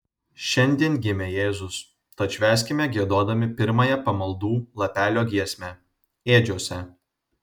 šiandien gimė jėzus tad švęskime giedodami pirmąją pamaldų lapelio giesmę ėdžiose